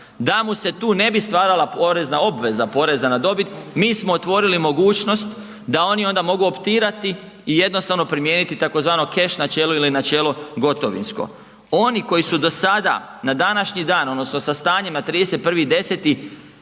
Da mu se tu ne bi stvarala porezna obveza poreza na dobit, mi smo otvorili mogućnost da oni onda mogu optirati i jednostavno primijeniti tzv. keš načelo ili načelo gotovinsko. Oni koji su do sada, na današnji dan odnosno sa stanjem na 31.10.